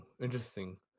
Interesting